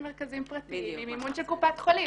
מרכזים פרטיים עם מימון של קופת חולים.